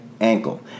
ankle